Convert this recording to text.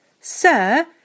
Sir